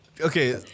Okay